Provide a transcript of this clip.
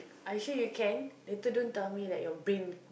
actually you can later don't tell me that your brain